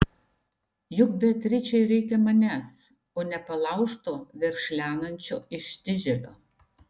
juk beatričei reikia manęs o ne palaužto verkšlenančio ištižėlio